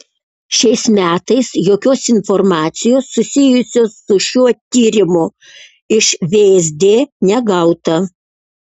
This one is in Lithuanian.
šiais metais jokios informacijos susijusios su šiuo tyrimu iš vsd negauta